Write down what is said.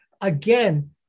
again